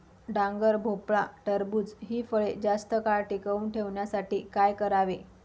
डांगर, भोपळा, टरबूज हि फळे जास्त काळ टिकवून ठेवण्यासाठी काय करावे?